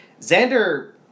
Xander